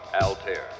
Altair